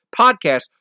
podcast